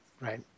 Right